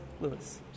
Lewis